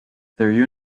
their